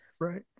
Right